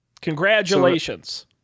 Congratulations